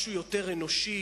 משהו יותר אנושי,